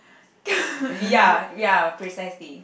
ya ya precisely